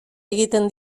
egiten